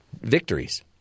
victories